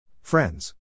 Friends